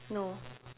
no